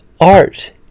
art